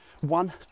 one